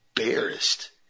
embarrassed